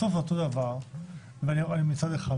בסוף זה אותו דבר, מצד אחד.